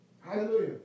Hallelujah